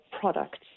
products